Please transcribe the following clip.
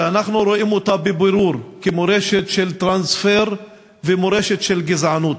שאנחנו רואים אותה בבירור כמורשת של טרנספר ומורשת של גזענות.